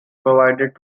provided